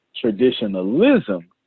Traditionalism